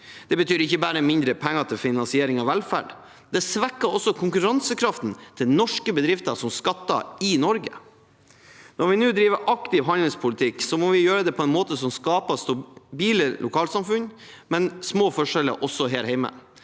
Det betyr ikke bare mindre penger til finansiering av velferd, det svekker også konkurransekraften til norske bedrifter som skatter i Norge. Når vi nå driver aktiv handelspolitikk, må vi gjøre det på en måte som skaper stabile lokalsamfunn med små forskjeller, også her hjemme.